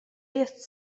jest